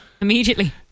Immediately